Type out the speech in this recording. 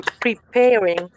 preparing